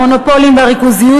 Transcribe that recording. המונופולים והריכוזיות,